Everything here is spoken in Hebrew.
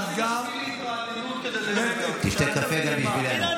שישמור אמונים למדינת ישראל כמדינה יהודית ודמוקרטית,